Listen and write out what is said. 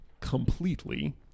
completely